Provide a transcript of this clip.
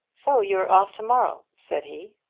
so you're off to-morrow? said he.